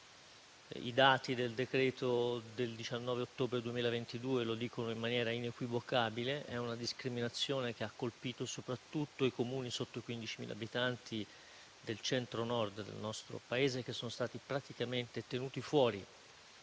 dell'interno del 19 ottobre 2022 lo dicono in maniera inequivocabile; è una discriminazione che ha colpito soprattutto i Comuni sotto i 15.000 abitanti del Centro-Nord del nostro Paese, che sono stati praticamente tenuti fuori